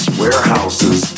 warehouses